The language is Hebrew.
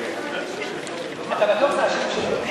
השפיטה (תיקון, ביקורת שיפוטית על תוקפו של חוק)